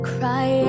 Cry